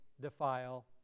defile